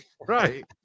Right